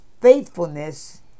faithfulness